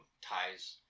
ties